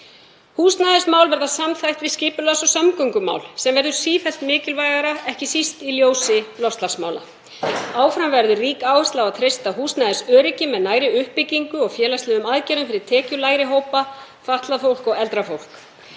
Húsnæðismál verða samþætt við skipulags- og samgöngumál sem verður sífellt mikilvægara, ekki síst í ljósi loftslagsmála. Áfram verður rík áhersla á að treysta húsnæðisöryggi með nægri uppbyggingu og félagslegum aðgerðum fyrir tekjulægri hópa, fatlað fólk og eldra fólk.